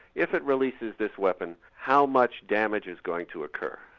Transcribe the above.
if it releases this weapon how much damage is going to occur.